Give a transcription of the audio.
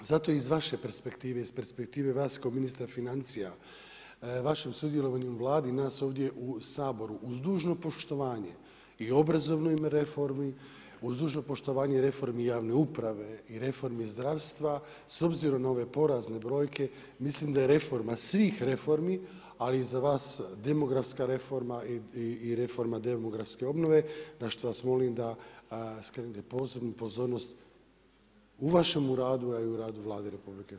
Zato iz vaše perspektive iz perspektive vas kao ministra financija, vašem sudjelovanju Vladi i nas ovdje u Saboru uz dužno poštovanje i obrazovnoj reformi uz dužno poštovanje i reformi javne uprave i reformi zdravstva s obzirom na ove porezne brojke mislim da je reforma svih reformi, ali i za vas demografska reforma i reforma demografske obnove na što vas molim da skrenete posebnu pozornost u vašemu radu, a i u radu Vlade RH.